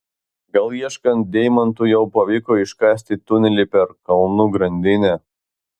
gal ieškant deimantų jau pavyko iškasti tunelį per kalnų grandinę